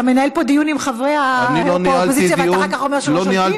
אתה מנהל פה דיון עם חברי האופוזיציה ואתה אחר כך אומר שלא שולטים?